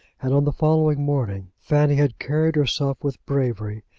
and on the following morning, fanny had carried herself with bravery,